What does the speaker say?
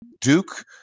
Duke